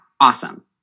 awesome